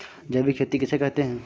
जैविक खेती किसे कहते हैं?